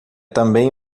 também